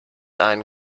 ein